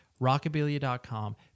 Rockabilia.com